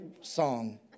song